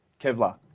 Kevlar